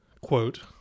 quote